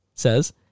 says